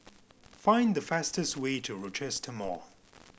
find the fastest way to Rochester Mall